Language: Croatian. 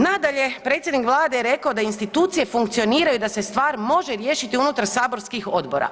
Nadalje, predsjednik Vlade je rekao da institucije funkcioniraju da se stvar može riješiti unutar saborskih odbora.